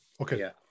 Okay